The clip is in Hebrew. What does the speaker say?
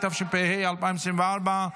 התשפ"ה 2024,